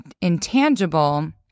intangible